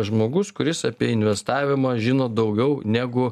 žmogus kuris apie investavimą žino daugiau negu